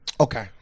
Okay